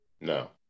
No